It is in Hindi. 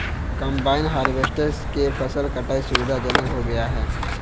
कंबाइन हार्वेस्टर से फसल कटाई सुविधाजनक हो गया है